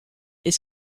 est